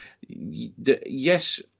yes